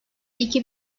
iki